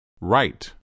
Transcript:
Right